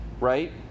right